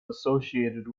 associated